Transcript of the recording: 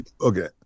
Okay